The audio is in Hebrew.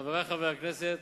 חברי חברי הכנסת,